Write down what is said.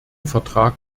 vertrag